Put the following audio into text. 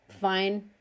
fine